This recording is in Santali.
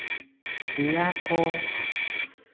ᱫᱮᱭᱟ ᱠᱚ